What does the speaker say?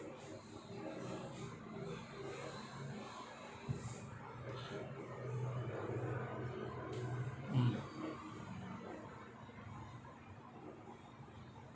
mm